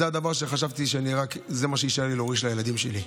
זה הדבר שחשבתי שיישאר לי להוריש לילדים שלי,